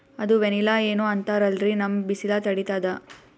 ಅದು ವನಿಲಾ ಏನೋ ಅಂತಾರಲ್ರೀ, ನಮ್ ಬಿಸಿಲ ತಡೀತದಾ?